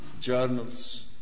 journals